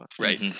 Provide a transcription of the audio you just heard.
Right